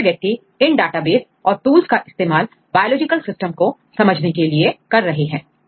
बहुत से व्यक्ति इन डाटाबेस और टूल्स का इस्तेमाल बायोलॉजिकल सिस्टम को समझने के लिए कर रहे हैं